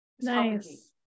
nice